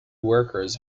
workers